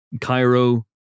cairo